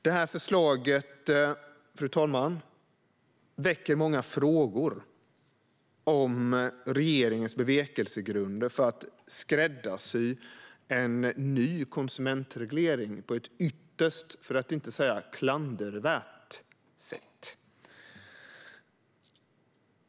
Det här förslaget väcker många frågor om regeringens bevekelsegrunder för att skräddarsy en ny konsumentreglering på ett ytterst tveksamt, för att inte säga klandervärt, sätt.